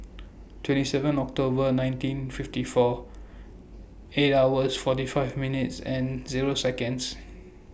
twenty seven October nineteen fifty four eight hours forty five minutes and Seconds